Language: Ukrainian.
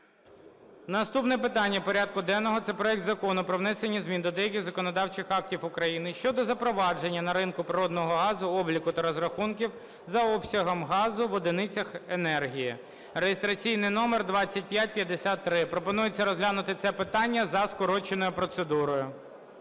Наступне питання порядку денного – це проект Закону про внесення змін до деяких законодавчих актів України щодо запровадження на ринку природного газу обліку та розрахунків за обсягом газу в одиницях енергії (реєстраційний номер 2553). Пропонується розглянути це питання за скороченою процедурою.